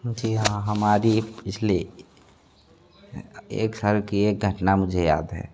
जी हाँ हमारी इसलिए एक साल की एक घटना मुझे याद है